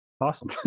Awesome